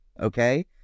okay